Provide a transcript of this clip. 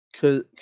Cause